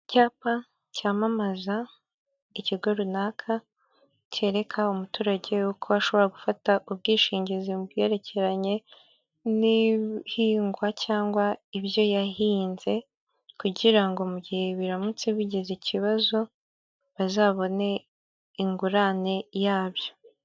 Icyapa cyamamaza ikigo runaka, cyereka umuturage uko ashobora gufata ubwishingizi, mu byerekeranye n'ibihingwa cyangwa ibyo yahinze, kugira ngo mu gihe biramutse bigize ikibazo bazabone ingurane yabyo.